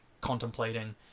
contemplating